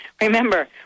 Remember